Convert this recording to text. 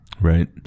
Right